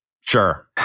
Sure